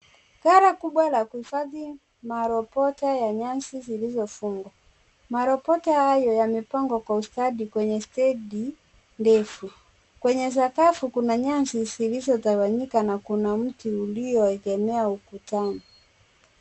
Gari kubwa laku ifadhi marobota ya nyasi zilizo fugwa marobota hayo yame pagwa kwaustadi kwenye stedibndefu kwenye sakafu kuna nyasi zilizo tawanyika na kuna mti ulio egemea ukutani.